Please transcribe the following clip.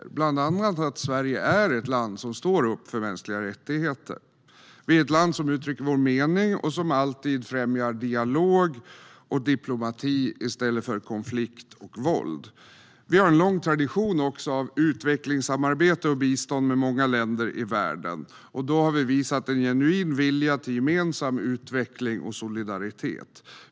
Det visar bland annat att Sverige är ett land som står upp för mänskliga rättigheter. Vi är ett land som uttrycker vår mening och som alltid främjar dialog och diplomati i stället för konflikt och våld. Vi har också en lång tradition av bistånd och utvecklingssamarbete med många länder i världen. Där har vi visat en genuin vilja till gemensam utveckling och solidaritet.